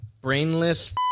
brainless